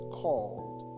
called